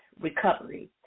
recovery